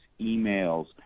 emails